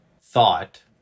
thought